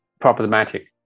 problematic